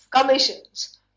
commissions